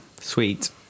sweet